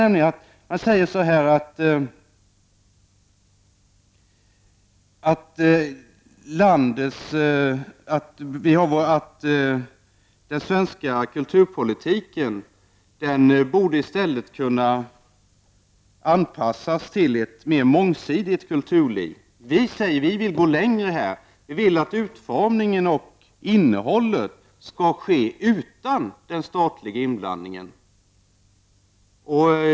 Man säger att den svenska kulturpolitiken i stället borde anpassas till ett mer mångsidigt kulturliv. Vi vill här gå längre. Vi vill att utformningen av innehållet skall ske utan statlig inblandning.